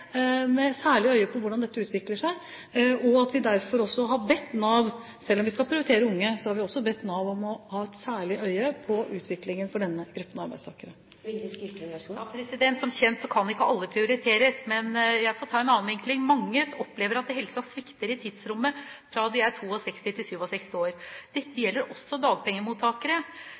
særlig øye på hvordan dette utvikler seg, og at vi derfor også – selv om vi skal prioritere unge – har bedt Nav om å ha et særlig øye på utviklingen for denne gruppen arbeidstakere. Som kjent kan ikke alle prioriteres, men jeg får ta en annen vinkling. Mange opplever at helsen svikter i tidsrommet fra de er 62 til de er 67 år. Dette gjelder også dagpengemottakere.